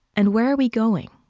and where are we going?